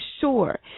sure